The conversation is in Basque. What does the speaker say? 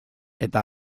eta